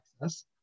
access